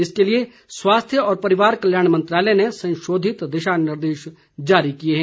इसके लिए स्वास्थ्य और परिवार कल्याण मंत्रालय ने संशोधित दिशा निर्देश जारी किए हैं